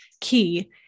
key